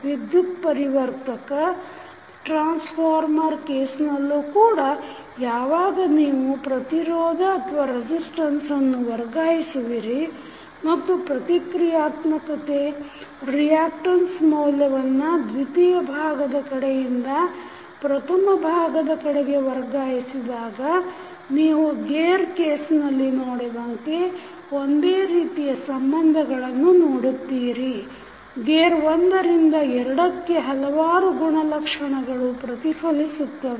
ವಿದ್ಯುತ್ ಪರಿವರ್ತಕ ಕೇಸ್ನಲ್ಲೂ ಕೂಡ ಯಾವಾಗ ನೀವು ಪ್ರತಿರೋಧ ವನ್ನು ವರ್ಗಾಯಿಸುವಿರಿ ಮತ್ತು ಪ್ರತಿಕ್ರಿಯಾತ್ಮಕತೆ ಮೌಲ್ಯವನ್ನು ದ್ವಿತೀಯ ಭಾಗದ ಕಡೆಯಿಂದ ಪ್ರಥಮ ಭಾಗದ ಕಡೆಗೆ ವರ್ಗಾಯಿಸಿದಾಗ ನೀವು ಗೇರ್ ಕೇಸ್ನಲ್ಲಿ ನೋಡಿದಂತೆ ಒಂದೇ ರೀತಿಯ ಸಂಬಂಧಗಳನ್ನು ನೋಡುತ್ತೀರಿ ಗೇರ್ 1 ರಿಂದ 2 ಕ್ಕೆ ಹಲವಾರು ಗುಣಲಕ್ಷಣಗಳು ಪ್ರತಿಫಲಿಸುತ್ತವೆ